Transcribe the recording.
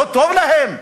לא טוב להם?